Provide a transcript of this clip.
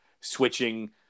switching